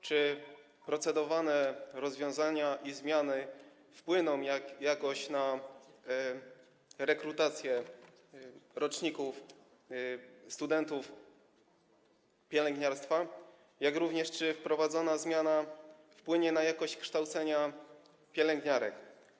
Czy procedowane rozwiązania i zmiany wpłyną jakoś na rekrutację roczników studentów pielęgniarstwa, jak również czy wprowadzona zmiana wpłynie na jakość kształcenia pielęgniarek?